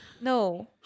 No